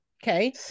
okay